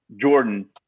Jordan